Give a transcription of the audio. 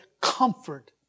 comfort